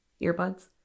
earbuds